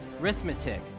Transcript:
Arithmetic